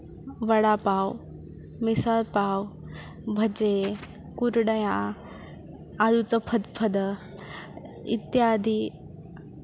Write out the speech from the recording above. वडापाव् मिसाल् पाव् भजे कुर्डया आलूचफद्फद इत्यादि